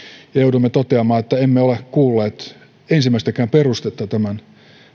kohtaan ja joudumme toteamaan että emme ole kuulleet ensimmäistäkään perustetta tämän